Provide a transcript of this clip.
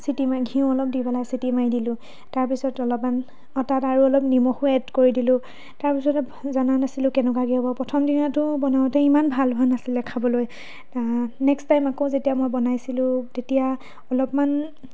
city মাৰি ঘিউঁ অলপ দি পেলাই চিটি মাৰি দিলোঁ তাৰ পিছত অলপমান অঁ তাত আৰু অলপ নিমখো এড কৰি দিলোঁ তাৰ পিছতে জানা নাছিলোঁ কেনেকুৱা কি হ'ব প্ৰথম দিনাটো বনাওঁতে ইমান ভাল হোৱা নাছিলে খাবলৈ নেক্সট টাইম আকৌ যেতিয়া মই বনাইছিলোঁ তেতিয়া অলপমান